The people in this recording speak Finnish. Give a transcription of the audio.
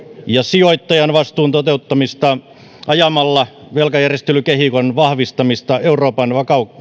ja sijoittajan vastuun toteuttamista ajamalla velkajärjestelykehikon vahvistamista euroopan